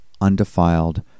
undefiled